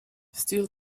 steel